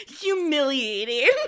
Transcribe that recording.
humiliating